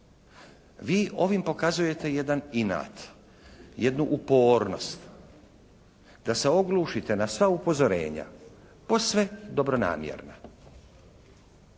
Vi ovim pokazujete jedan inat, jednu upornost da se oglušite na sva upozorenja posve dobronamjerna.